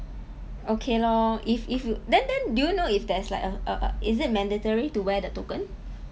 okay lor if if then then do you know if there's like a a is it mandatory to wear the token